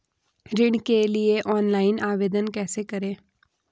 ऋण के लिए ऑनलाइन आवेदन कैसे करें?